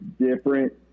different